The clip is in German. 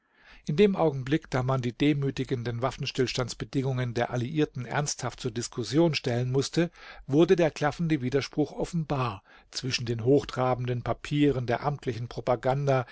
in dem augenblick da man die demütigenden waffenstillstandsbedingungen der alliierten ernsthaft zur diskussion stellen mußte wurde der klaffende widerspruch offenbar zwischen den hochtrabenden papieren der amtlichen propaganda